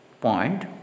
point